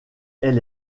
elle